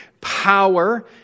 power